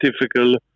difficult